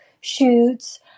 shoots